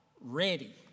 ready